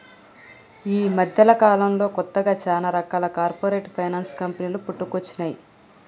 యీ మద్దెకాలంలో కొత్తగా చానా రకాల కార్పొరేట్ ఫైనాన్స్ కంపెనీలు పుట్టుకొచ్చినై